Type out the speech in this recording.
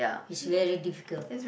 is very difficult